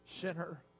sinner